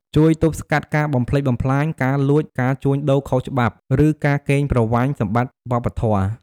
ជួយទប់ស្កាត់ការបំផ្លិចបំផ្លាញ ការលួច ការជួញដូរខុសច្បាប់ ឬការកេងប្រវ័ញ្ចសម្បត្តិវប្បធម៌។